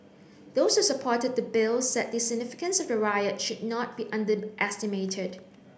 those supported the Bill said the significance of the riot should not be underestimated